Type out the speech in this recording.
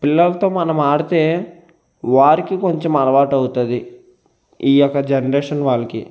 పిల్లలతో మనం ఆడితే వారికి కొంచం అలవాటు అవుతుంది ఈ యొక్క జనరేషన్ వాళ్ళకి